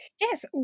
yes